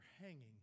hanging